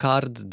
Card